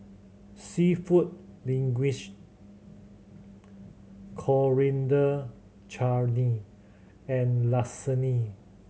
Seafood Linguine Coriander Chutney and Lasagne